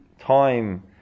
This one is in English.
time